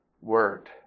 word